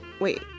Wait